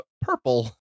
purple